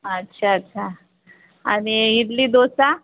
अच्छा अच्छा आणि इडली दोसा